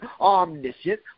omniscient